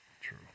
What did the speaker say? True